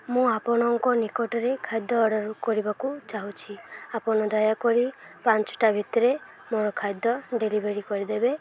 ମୁଁ ଆପଣଙ୍କ ନିକଟରେ ଖାଦ୍ୟ ଅର୍ଡ଼ର୍ କରିବାକୁ ଚାହୁଁଛି ଆପଣ ଦୟାକରି ପାଞ୍ଚଟା ଭିତରେ ମୋର ଖାଦ୍ୟ ଡେଲିଭରି କରିଦେବେ